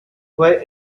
fue